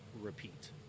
Repeat